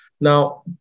Now